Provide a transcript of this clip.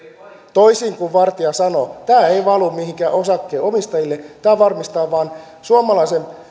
toisin kuin vartia sanoo tämä ei valu mihinkään osakkeenomistajille tämä varmistaa vain suomalaisen